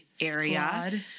area